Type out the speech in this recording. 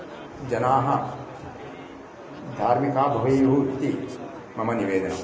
जनाः धार्मिकाः भवेयुः इति मम निवेदनम्